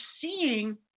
seeing